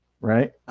right